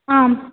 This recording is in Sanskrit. आम्